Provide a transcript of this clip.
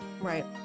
right